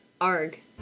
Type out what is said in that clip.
arg